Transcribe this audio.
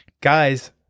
Guys